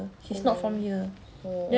oh oh